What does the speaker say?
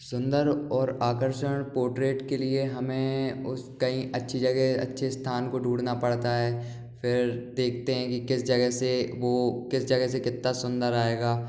सुन्दर और आकर्षण पोर्ट्रेट के लिए हमें उस कई अच्छी जगह अच्छे स्थान को ढूढ़ना पड़ता है फिर देखते हैं कि किस जगह से वो किस जगह से कितना सुन्दर आएगा